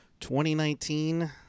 2019